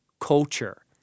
culture